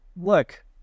look